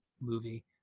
movie